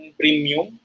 premium